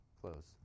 close